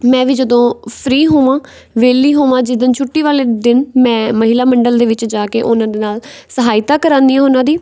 ਮੈਂ ਵੀ ਜਦੋਂ ਫ੍ਰੀ ਹੋਵਾਂ ਵਿਹਲੀ ਹੋਵਾਂ ਜਿੱਦਣ ਛੁੱਟੀ ਵਾਲੇ ਦਿਨ ਮੈਂ ਮਹਿਲਾ ਮੰਡਲ ਦੇ ਵਿੱਚ ਜਾ ਕੇ ਉਹਨਾਂ ਦੇ ਨਾਲ ਸਹਾਇਤਾ ਕਰਾਉਂਦੀ ਹਾਂ ਉਹਨਾਂ ਦੀ